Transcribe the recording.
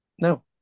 No